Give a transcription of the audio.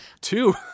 Two